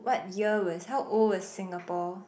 what year was how old was Singapore